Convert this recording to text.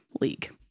league